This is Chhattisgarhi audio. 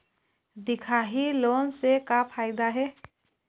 दिखाही लोन से का फायदा हे?